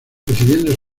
recibiendo